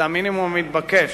זה המינימום המתבקש,